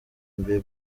bieber